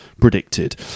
predicted